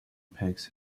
packs